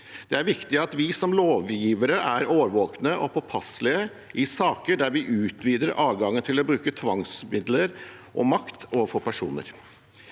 Det er viktig at vi som lovgivere er årvåkne og påpasselige i saker der vi utvider adgangen til å bruke tvangsmidler og makt overfor personer.